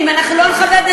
אם אנחנו לא נכבד,